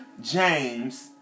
James